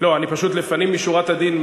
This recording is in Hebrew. לפנים משורת הדין,